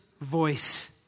voice